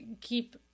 keep